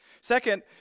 Second